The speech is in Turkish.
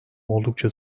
oldukça